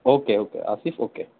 okay okay Asif okay